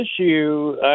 issue